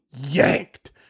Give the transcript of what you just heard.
yanked